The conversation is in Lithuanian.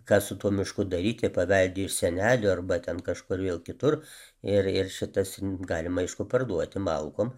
ką su tuo mišku daryt jie paveldėjo iš senelių arba ten kažkur vėl kitur ir ir šitas galima aišku parduoti malkom